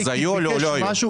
אז היו או לא היו הסכמות?